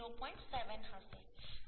7 હશે